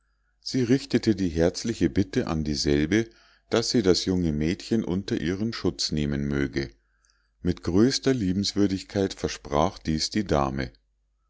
sie richtete die herzliche bitte an dieselbe daß sie das junge mädchen unter ihren schutz nehmen möge mit größter liebenswürdigkeit versprach dies die dame